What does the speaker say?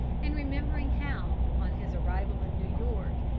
and, remembering how, on his arrival in new york,